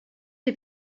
les